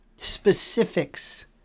specifics